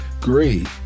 great